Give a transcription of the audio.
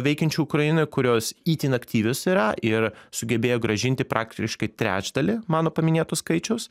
veikiančių ukrainoj kurios itin aktyvios yra ir sugebėjo grąžinti praktiškai trečdalį mano paminėtų skaičiaus